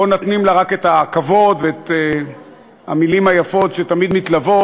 או נותנים לה רק את הכבוד ואת המילים היפות שתמיד מתלוות,